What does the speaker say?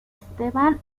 esteban